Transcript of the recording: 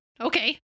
okay